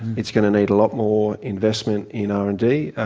it's going to need a lot more investment in r and d,